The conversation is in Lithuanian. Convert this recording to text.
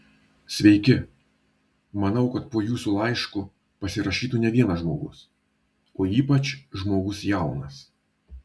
sveiki manau kad po jūsų laišku pasirašytų ne vienas žmogus o ypač žmogus jaunas